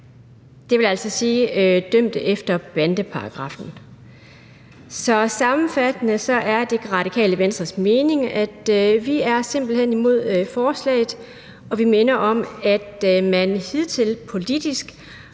til bandemedlemmer, dvs. dømte efter bandeparagraffen. Så sammenfattende er Det Radikale Venstre simpelt hen imod forslaget, og vi minder om, at man hidtil politisk